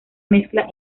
mezcla